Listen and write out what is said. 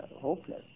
hopeless